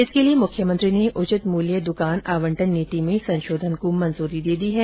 इसके लिए मुख्यमंत्री ने उचित मूल्य दुकान आवंटन नीति में संशोधन को मंजूरी दे दी है